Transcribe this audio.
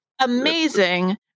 Amazing